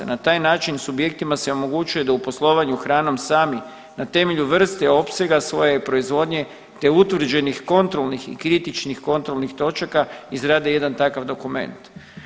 Na taj način subjektima se omogućuje da u poslovanju hranom sami na temelju vrste, opsega svoje proizvodnje, te utvrđenih kontrolnih i kritičnih kontrolnih točaka izrade jedan takav dokument.